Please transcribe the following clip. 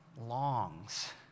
longs